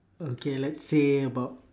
okay let's say about